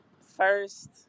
first